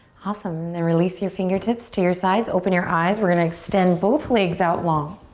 awesome. then release your fingertips to your sides. open your eyes. we're gonna extend both legs out long.